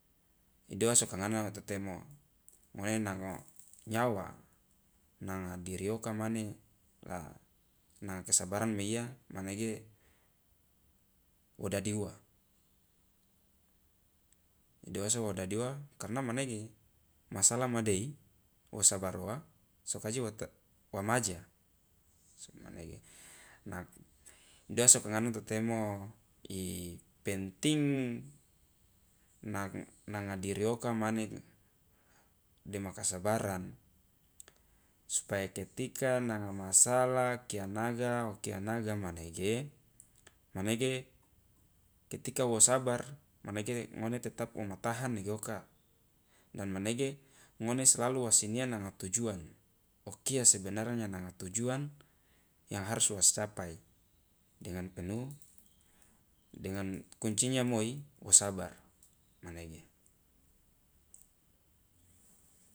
Idoa so ka ngano to temo ngone nango nyawa nanga diri oka mane la na kesabaran meiya manege wo dadi ua, doa so dadi ua? Karena manege ma salah madei wo sabar ua so ka je wa t- wa maja sugmanege, nak idoa so ka ngano to temo i penting nang nanga diri oka mane dema kasabaran supaya ketika nanga masalah kia naga o kia naga manege manege ketika wo sabar manege ngone tetap wo ma tahan nege oka, dan manege ngone selalu wasinyia nanga tujuan o kia sebenarnya nanga tujuan yang harus wo si capai dengan penuh dengan kuncinya moi wo sabar manege.